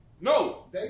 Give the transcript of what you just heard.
No